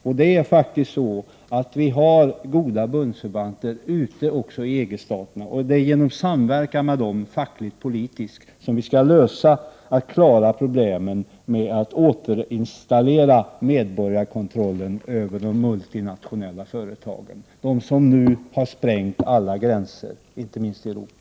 Vi har faktiskt goda bundsförvanter också i EG-staterna, och det är genom samverkan med dem fackligt och politiskt som vi skall lösa problemen med att återinstallera medborgarkon trollen över de multinationella företagen, som nu har sprängt alla gränser inte minst i Europa.